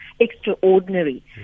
extraordinary